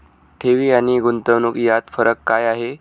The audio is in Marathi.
ठेवी आणि गुंतवणूक यात फरक काय आहे?